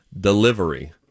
Delivery